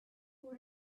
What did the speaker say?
who